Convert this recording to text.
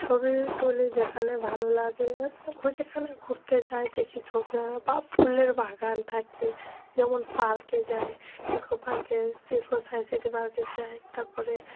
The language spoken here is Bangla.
ছবি তুলি যেখানে ভালো লাগে যেখানে ঘুরতে যাই দেখি ছবি না বা ফুলের বাগান থাকে যেমন পার্কে যাই ইকোপার্কে ইকো সায়েন্স সিটি পার্কে যাই তারপরে